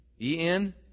E-N